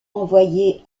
envoyée